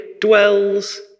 dwells